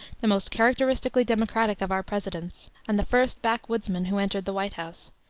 the most characteristically democratic of our presidents, and the first backwoodsman who entered the white house,